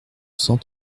cent